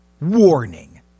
Warning